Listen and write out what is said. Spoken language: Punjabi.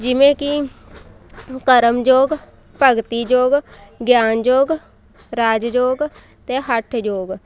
ਜਿਵੇਂ ਕਿ ਕਰਮਯੋਗ ਭਗਤੀਯੋਗ ਗਿਆਨਯੋਗ ਰਾਜਯੋਗ ਅਤੇ ਹੱਠਯੋਗ